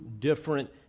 different